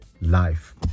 life